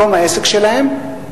מקום העסק שלהם,